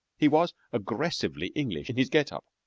he was aggressively english in his get-up.